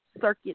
circuit